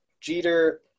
Jeter